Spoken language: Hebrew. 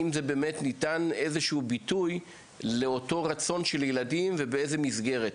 האם באמת ניתן איזה ביטוי לרצון של הילדים ובאיזו מסגרת,